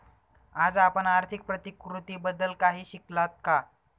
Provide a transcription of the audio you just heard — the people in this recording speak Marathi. आज आपण आर्थिक प्रतिकृतीबद्दल काही शिकलात का?